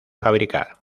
fabricar